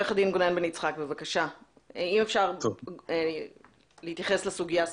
אני אומר כמה דבירם.